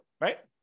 right